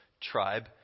tribe